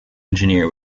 engineer